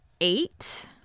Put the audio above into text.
eight